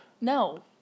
No